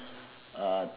uh